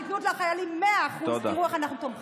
תיתנו לחיילים 100% תראו איך אנחנו תומכים.